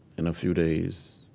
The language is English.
in a few days.